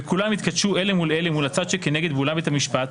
וכולם יתכתשו אלה מול אלה מול הצד שכנגד באולם בית המשפט,